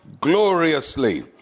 gloriously